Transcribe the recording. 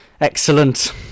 Excellent